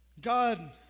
God